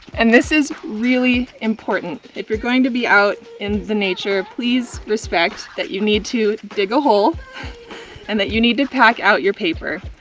and this is really important. if you're going to be out in the nature, please respect that you need to dig a hole and that you need to pack out your paper.